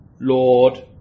Lord